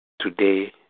today